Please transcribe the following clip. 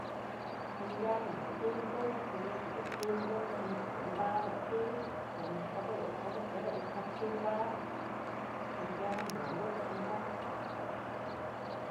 Edekyam mëjk jedun ti'i dunëp, manytë jedun ti'i tunëp, manytë dun padëp ti, ko'o mich adechë amëkyë adëchë kap ti'i badëp edekyam dun dunëp xajëp.